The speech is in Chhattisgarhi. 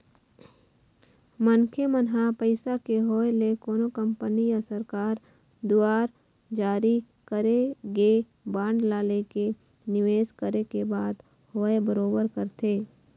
मनखे मन ह पइसा के होय ले कोनो कंपनी या सरकार दुवार जारी करे गे बांड ला लेके निवेस करे के बात होवय बरोबर करथे